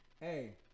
hey